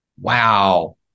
wow